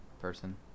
person